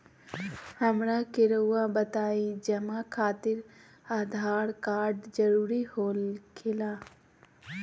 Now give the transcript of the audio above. हमरा के रहुआ बताएं जमा खातिर आधार कार्ड जरूरी हो खेला?